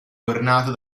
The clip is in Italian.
ornato